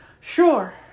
Sure